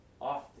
often